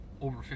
over